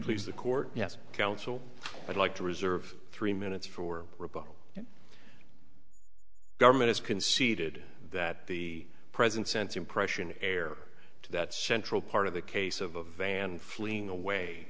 please the court yes counsel i'd like to reserve three minutes for rebuttal government has conceded that the present sense impression heir to that central part of the case of a van fleeing away